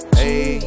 ayy